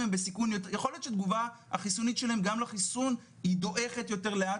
יכול להיות שהתגובה החיסונית של הילדים דועכת יותר לאט.